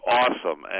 awesome